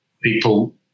People